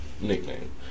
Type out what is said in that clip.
nickname